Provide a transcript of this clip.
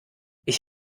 ich